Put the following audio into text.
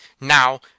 now